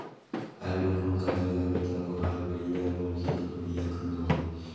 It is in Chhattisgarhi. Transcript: आलू मा कौन खाद लगाबो ता ओहार बेडिया भोगही अउ बेडिया कन्द होही?